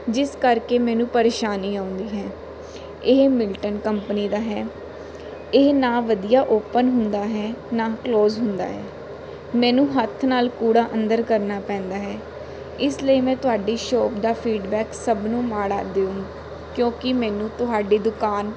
ਜਿਸ ਕਰਕੇ ਮੈਨੂੰ ਪਰੇਸ਼ਾਨੀ ਆਉਂਦੀ ਹੈ ਇਹ ਮਿਲਟਨ ਕੰਪਨੀ ਦਾ ਹੈ ਇਹ ਨਾ ਵਧੀਆ ਓਪਨ ਹੁੰਦਾ ਹੈ ਨਾ ਕਲੋਜ਼ ਹੁੰਦਾ ਹੈ ਮੈਨੂੰ ਹੱਥ ਨਾਲ ਕੂੜਾ ਅੰਦਰ ਕਰਨਾ ਪੈਂਦਾ ਹੈ ਇਸ ਲਈ ਮੈਂ ਤੁਹਾਡੀ ਸ਼ੋਪ ਦਾ ਫੀਡਬੈਕ ਸਭ ਨੂੰ ਮਾੜਾ ਦੇਊਂ ਕਿਉਂਕਿ ਮੈਨੂੰ ਤੁਹਾਡੀ ਦੁਕਾਨ